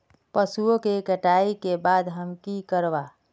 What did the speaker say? पशुओं के कटाई के बाद हम की करवा?